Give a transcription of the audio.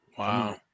Wow